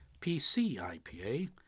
PCIPA